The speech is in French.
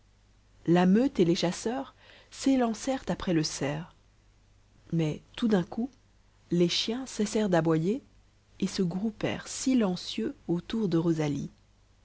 la meute et les chasseurs s'élancèrent après le cerf mais tout d'un coup les chiens cessèrent d'aboyer et se groupèrent silencieux autour de rosalie